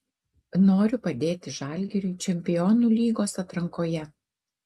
noriu padėti žalgiriui čempionų lygos atrankoje